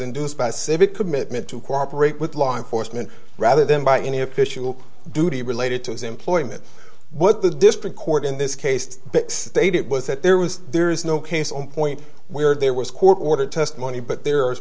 induced by civic commitment to cooperate with law enforcement rather than by any official duty related to his employment what the district court in this case it was that there was there is no case on point where there was court order testimony but there are